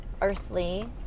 earthly